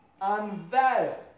unveil